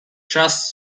trust